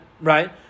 right